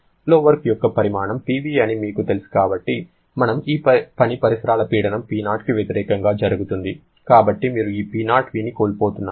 flow work యొక్క పరిమాణం Pv అని మనకు తెలుసు మరియు ఈ పని పరిసరాల పీడనం P0కి వ్యతిరేకంగా జరుగుతుంది కాబట్టి మీరు ఈ P0vని కోల్పోతున్నారు